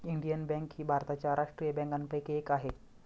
Indian bank ही भारताच्या राष्ट्रीय बँकांपैकी एक आहे